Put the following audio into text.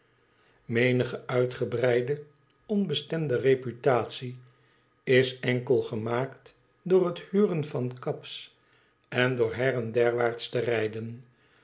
menige uitgebreide onbestemde reputatie is enkel gemaakt door het huren van cabs en door her en derwaarts te rijden